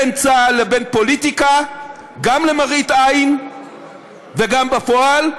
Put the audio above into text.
בין צה"ל לבין פוליטיקה, גם למראית עין וגם בפועל,